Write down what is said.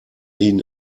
ihn